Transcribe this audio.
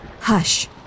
Hush